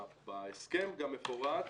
בהסכם גם מפורט,